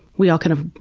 we're all kind of,